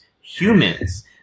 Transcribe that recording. humans